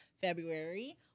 February